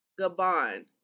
Gabon